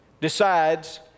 decides